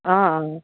অ' অ'